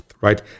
right